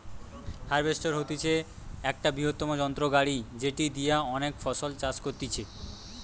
harvester হতিছে একটা বৃহত্তম যন্ত্র গাড়ি যেটি দিয়া অনেক ফসল চাষ করতিছে